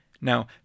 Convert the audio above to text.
Now